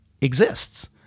exists